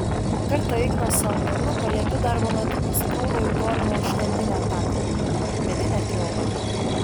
kartą ignas su antanu paliepiu darbo metu nusprūdo į tolimą užkandinę antakalnyje medinę triobą